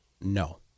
No